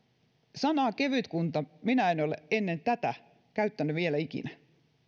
sanaa kevytkunta minä en ole ennen tätä käyttänyt vielä ikinä